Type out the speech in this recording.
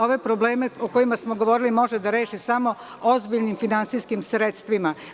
Ove probleme o kojima smo govorili može da reši samo ozbiljnim finansijskim sredstvima.